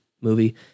movie